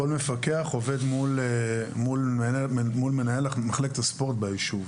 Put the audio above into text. כל מפקח עובד מול מנהל מחלקת הספורט ביישוב.